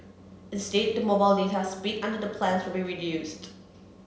instead the mobile data speed under the plans will be reduced